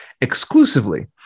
exclusively